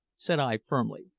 said i firmly.